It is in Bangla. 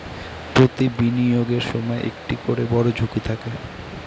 প্রতি বিনিয়োগের সময় একটা করে বড়ো ঝুঁকি থাকে